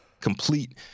complete